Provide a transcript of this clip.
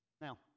Now